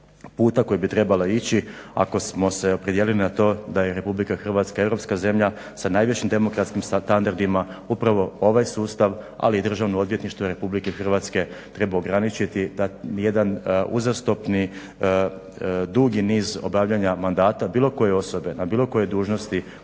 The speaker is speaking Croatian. puta kojim bi trebale ići ako smo se opredijelili na to da je Republika Hrvatska europska zemlja sa najvišim demokratskim standardima. Upravo ovaj sustav ali i državno odvjetništvo Republike Hrvatske treba ograničiti da niti jedan uzastopni dugi niz obavljanja mandata bilo koje osobe na bilo kojoj dužnosti